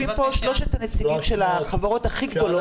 ויושבים פה שלושת הנציגים של החברות הכי גדולות,